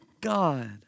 God